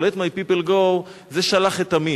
Let my people go זה "שלח את עמי".